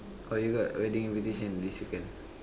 or you got wedding invitation this weekend